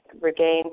regain